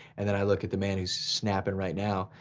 and then i look at the man who's snapping right now,